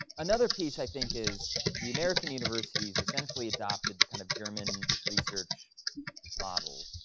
another piece i think is, the american universities essentially adopted the kind of german research model.